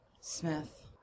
Smith